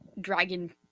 dragon